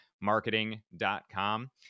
marketing.com